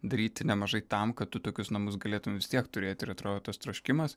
daryti nemažai tam kad tu tokius namus galėtum vis tiek turėti ir atrodo tas troškimas